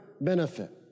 benefit